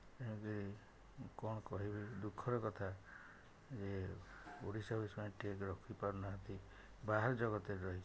ଏବେ ମୁଁ କ'ଣ କହିବି ଦୁଃଖର କଥା ଯେ ଓଡ଼ିଶାକୁ ସେମାନେ ଟେକ ରଖିପାରୁନାହାନ୍ତି ବାହାର ଜଗତରେ ରହିକି